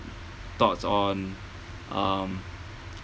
thoughts on um